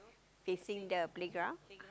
facing the playground